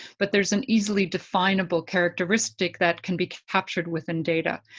but there's an easily definable characteristic that can be captured within data.